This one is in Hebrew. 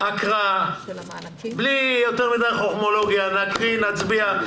נקריא בלי יותר מדי חכמולוגיה, נקרא ונצביע.